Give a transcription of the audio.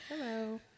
Hello